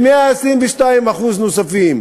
ב-122% נוספים